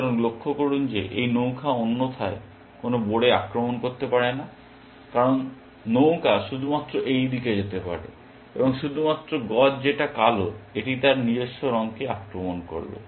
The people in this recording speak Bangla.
সুতরাং লক্ষ্য করুন যে এই নৌকা অন্যথায় কোন বোড়ে আক্রমণ করতে পারে না কারণ নৌকা শুধুমাত্র এই দিকে যেতে পারে এবং শুধুমাত্র গজ যেটা কালো এটি তার নিজস্ব রঙকে আক্রমণ করবে